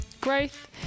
growth